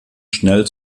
schnell